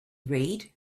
read